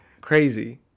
crazy